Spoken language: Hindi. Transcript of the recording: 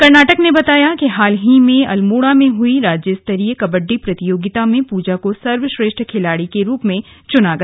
कर्नाटक ने बताया कि हाल ही में अल्मोड़ा में हुई राज्य स्तरीय कबड्डी प्रतियोगिता में पूजा को सर्वश्रेष्ठ खिलाड़ी के रूप में चुना गया